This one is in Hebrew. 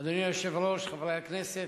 אדוני היושב-ראש, חברי הכנסת,